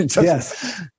Yes